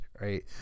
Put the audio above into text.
right